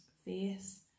face